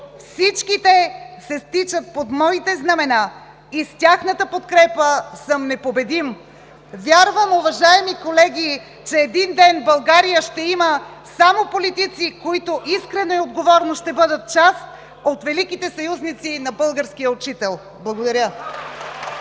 Всички те се стичат под моите знамена и с тяхната подкрепа съм непобедим!“. Вярвам, уважаеми колеги, че един ден България ще има само политици, които искрено и с отговорност ще бъдат част от великите съюзници на българския учител. Благодаря.